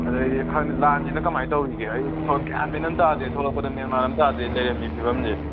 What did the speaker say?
ꯑꯗꯩꯗꯤ ꯈꯪꯗꯦ ꯂꯥꯟꯁꯤꯅ ꯀꯃꯥꯏꯅ ꯇꯧꯔꯤꯒꯦ ꯑꯩ ꯒ꯭ꯌꯥꯟ ꯃꯦꯟ ꯑꯃ ꯇꯥꯗꯦ ꯊꯣꯔꯛꯄꯗ ꯃꯦꯟ ꯃꯥꯟ ꯑꯃ ꯇꯥꯗꯦ ꯂꯩꯔꯝꯃꯤ ꯐꯤꯕꯝꯁꯦ